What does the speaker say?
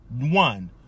one